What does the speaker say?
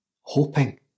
hoping